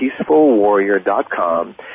peacefulwarrior.com